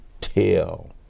tell